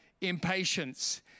impatience